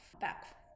back